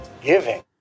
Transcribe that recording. giving